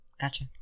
Gotcha